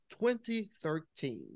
2013